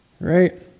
right